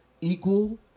equal